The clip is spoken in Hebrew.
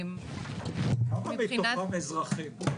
כמה מתוכם אזרחים?